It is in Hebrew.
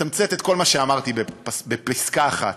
שמתמצת את כל מה שאמרתי בפסקה אחת: